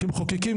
כמחוקקים,